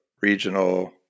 regional